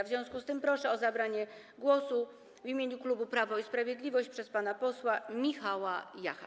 W związku z tym proszę o zabranie głosu w imieniu klubu Prawo i Sprawiedliwość pana posła Michała Jacha.